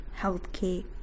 healthcare